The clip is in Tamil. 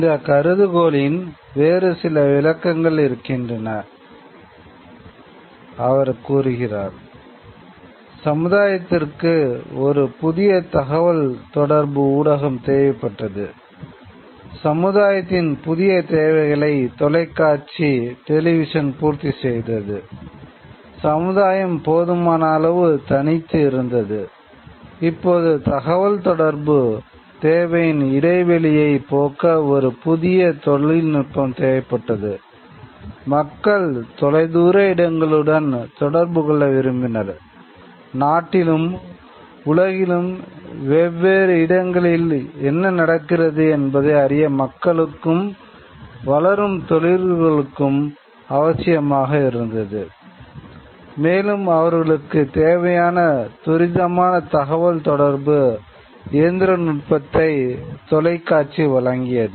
இந்த கருதுகோளின் வழங்கியது